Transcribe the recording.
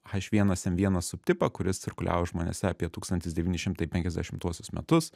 h vienas n vienas subtipą kuris cirkuliavo žmonėse apie tūkstantis devyni šimtai penkiasdešimtuosius metus